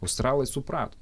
australai suprato